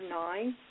nine